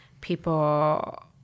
people